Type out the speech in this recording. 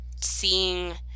seeing